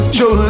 Show